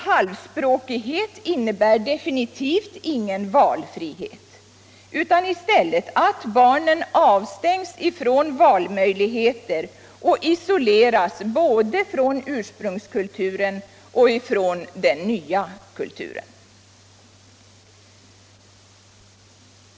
Halvspråkighet innebär definitivt ingen valfrihet utan i stället att barnen avstängs från valmöjligheter och isoleras från både ursprungskulturen och den nya kulturen.